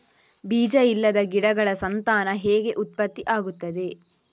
ಬೀಜ ಇಲ್ಲದ ಗಿಡಗಳ ಸಂತಾನ ಹೇಗೆ ಉತ್ಪತ್ತಿ ಆಗುತ್ತದೆ?